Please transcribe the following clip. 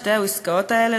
שתי העסקאות האלה,